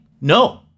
No